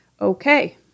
Okay